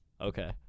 Okay